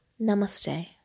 Namaste